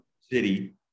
city